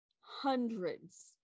hundreds